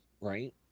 right